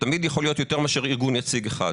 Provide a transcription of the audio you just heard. שתמיד יכול להיות יותר מאשר ארגון יציג אחד.